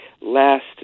last